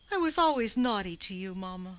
i was always naughty to you, mamma.